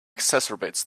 exacerbates